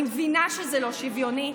אני מבינה שזה לא שוויוני,